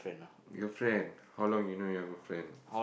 your friend how long you know your good friend